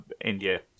India